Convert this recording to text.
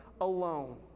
alone